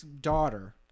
daughter